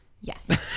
Yes